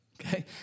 Okay